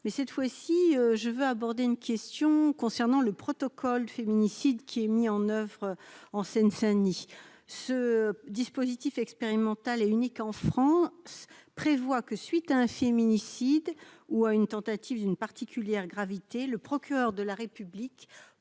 mais cette fois-ci je veux aborder une question concernant le protocole féminicides qui est mis en oeuvre en Seine-Saint-Denis ce dispositif expérimental est unique en France, prévoit que, suite à un féminicides, ou à une tentative d'une particulière gravité, le procureur de la République